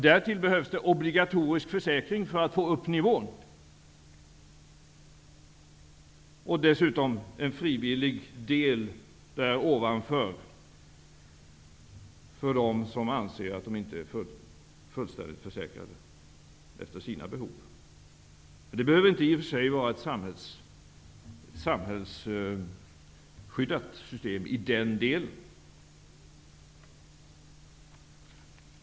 Därtill behövs en obligatorisk försäkring för att få upp nivån och dessutom en frivillig del därovanför för dem som anser att de inte är fullständigt försäkrade utifrån sina behov. Det behöver i och för sig inte vara ett samhällsskyddat system i den delen.